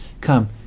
come